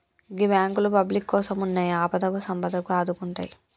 గీ బాంకులు పబ్లిక్ కోసమున్నయ్, ఆపదకు సంపదకు ఆదుకుంటయ్